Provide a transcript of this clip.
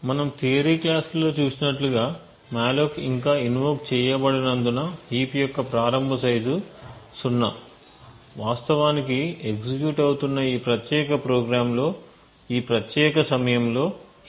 మనము థియరీ క్లాసులలో చూసినట్లుగా మాలోక్ ఇంకా ఇన్ఓక్ చేయబడనందున హీప్ యొక్క ప్రారంభ సైజు 0 వాస్తవానికి ఎగ్జిక్యూట్ అవుతున్న ఈ ప్రత్యేక ప్రోగ్రామ్లో ఈ ప్రత్యేక సమయంలో హీప్ లేదు